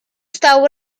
stał